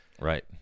right